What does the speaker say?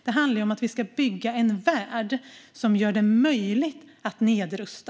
Det handlar om att vi ska bygga en värld som gör det möjligt att nedrusta.